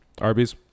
Arby's